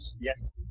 Yes